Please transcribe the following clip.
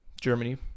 Germany